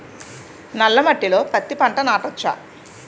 నల్ల మట్టిలో పత్తి పంట నాటచ్చా?